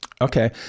Okay